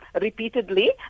repeatedly